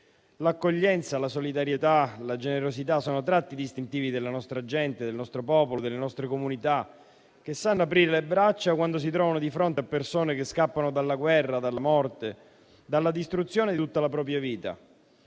L'accoglienza, la solidarietà e la generosità sono tratti distintivi della nostra gente, del nostro popolo, delle nostre comunità, che sanno aprire le braccia quando si trovano di fronte a persone che scappano dalla guerra, dalla morte, dalla distruzione della propria vita.